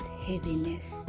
heaviness